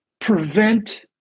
prevent